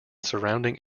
surrounding